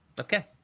Okay